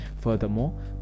Furthermore